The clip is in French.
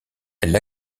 elles